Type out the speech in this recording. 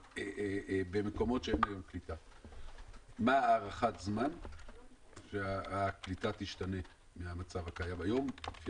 במקומות שאין קליטה מה הערכת הזמן שהקליטה תשתנה מן המצב הקיים היום?